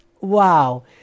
Wow